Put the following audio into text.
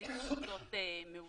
תחזית הכנסות מעודכנת.